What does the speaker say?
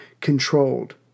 controlled